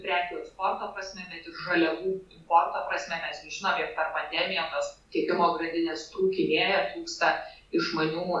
prekių eksporto prasme bet ir žaliavų importo prasme mes gi žinome jog per pandemiją tos tiekimo grandinės trūkinėja trūksta išmanių